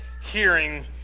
hearing